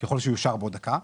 בעוד דקה,